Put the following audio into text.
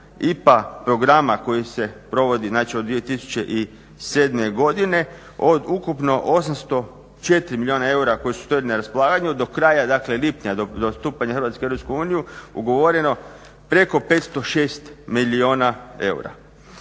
IPA programa koji se provodi znači od 2007.godine od ukupno 804 milijuna eura koji su stajali na raspolaganju do kraja dakle lipanja, do stupanja Hrvatske u EU ugovoreno preko 506 milijuna eura.